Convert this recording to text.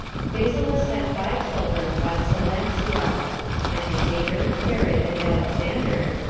phasaelus had five children by salampsio antipater, herod, and alexander,